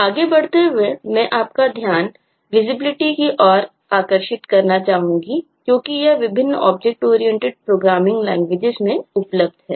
आगे बढ़ते हुए मैं आपका ध्यान विजिबिलिटी में उपलब्ध है